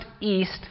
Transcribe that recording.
east